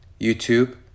YouTube